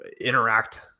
interact